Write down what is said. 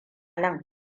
nan